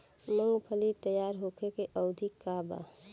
मूँगफली तैयार होखे के अवधि का वा?